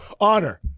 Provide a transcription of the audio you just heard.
Honor